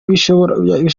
bishobora